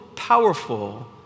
powerful